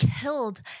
killed